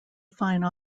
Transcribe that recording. fine